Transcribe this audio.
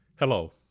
Hello